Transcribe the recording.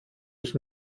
ich